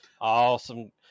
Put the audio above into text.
Awesome